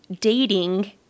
dating